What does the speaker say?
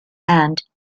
and